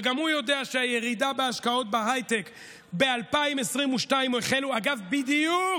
וגם הוא יודע שהירידה בהשקעות בהייטק ב-2022 החלה בדיוק